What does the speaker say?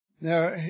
Now